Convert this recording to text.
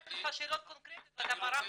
אני שאלתי אותך שאלות קונקרטיות ואתה ברחת.